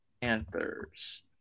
Panthers